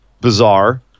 bizarre